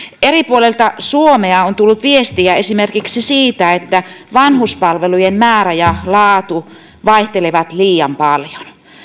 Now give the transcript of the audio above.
eri puolilta suomea on tullut viestiä esimerkiksi siitä että vanhuspalvelujen määrä ja laatu vaihtelevat liian paljon